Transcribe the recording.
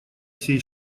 всей